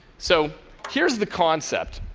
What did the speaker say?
so here's the concept.